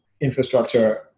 infrastructure